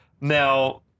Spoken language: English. Now